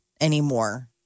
anymore